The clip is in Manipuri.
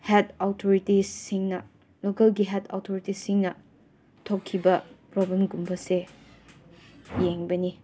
ꯍꯦꯠ ꯑꯧꯊꯣꯔꯤꯇꯤꯁꯁꯤꯡꯅ ꯂꯣꯀꯦꯜꯒꯤ ꯍꯦꯠ ꯑꯧꯊꯣꯔꯤꯇꯤꯁꯁꯤꯡꯅ ꯊꯣꯛꯈꯤꯕ ꯄ꯭ꯔꯣꯕ꯭ꯂꯦꯝꯒꯨꯝꯕꯁꯦ ꯌꯦꯡꯕꯅꯤ